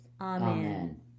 Amen